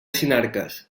sinarques